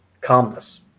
calmness